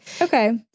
okay